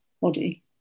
body